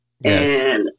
yes